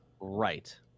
right